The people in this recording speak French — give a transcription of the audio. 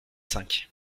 cinq